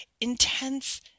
intense